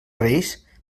reis